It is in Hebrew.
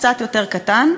קצת יותר קטן,